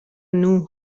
نوح